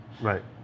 Right